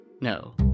No